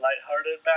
lighthearted